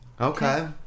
Okay